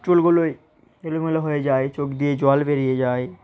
চুলগুলো এলোমেলো হয়ে যায় চোখ দিয়ে জল বেরিয়ে যায়